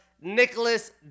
Nicholas